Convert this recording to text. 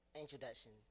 introduction